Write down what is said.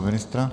Ministr?